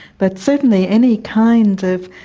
but certainly any kind of